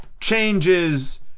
changes